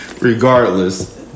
regardless